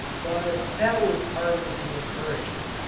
but that was partly to encourage him.